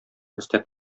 өстәп